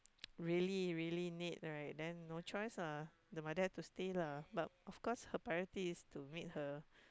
really really need right then no choice lah the mother have to stay lah but of course her priority is to meet her